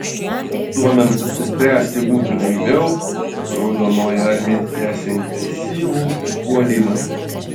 kad suomiams apsispręsti būtų lengviau raudonoji armija tęsė intensyvų puolimą